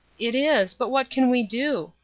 it is. but what can we do?